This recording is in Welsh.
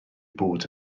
bob